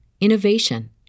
innovation